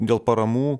dėl paramų